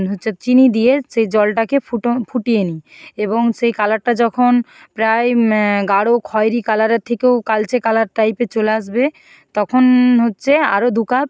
হচ্ছে চিনি দিয়ে সেই জলটাকে ফুটো ফুটিয়ে নিই এবং সেই কালারটা যখন প্রায় গাঢ় খয়েরি কালারের থেকেও কালচে কালার টাইপের চলে আসবে তখন হচ্ছে আরও দু কাপ